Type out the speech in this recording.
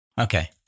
Okay